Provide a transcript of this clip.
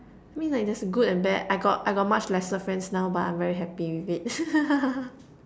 I mean like there's a good and bad I got I got much lesser friends now but I'm very happy with it